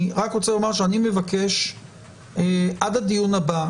אני רק רוצה לומר שאני מבקש עד הדיון הבא,